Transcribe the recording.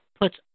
puts